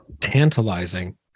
tantalizing